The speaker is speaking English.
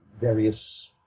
various